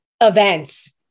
events